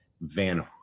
Van